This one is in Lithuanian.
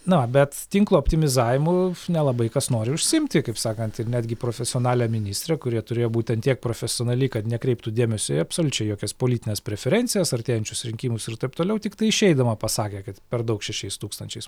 na va bet tinklo optimizavimu nelabai kas nori užsiimti kaip sakant ir netgi profesionalią ministrę kuri turėjo būt ant tiek profesionali kad nekreiptų dėmesio į absoliučiai jokias politines preferencijas artėjančius rinkimus ir taip toliau tiktai išeidama pasakė kad per daug šešiais tūkstančiais